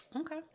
okay